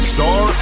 Star